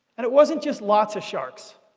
and it wasn't just lots of sharks,